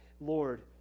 lord